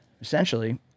essentially